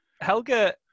Helga